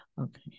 Okay